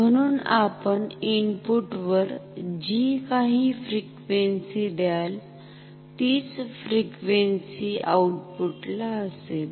म्हणून आपण इनपुटवर जी काही फ्रिक्वेंसि द्याल तिच फ्रिक्वेंसि आउटपुट ला असेल